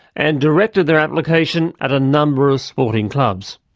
and directed their application at a number of sporting clubs'.